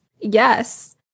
Yes